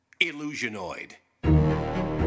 Illusionoid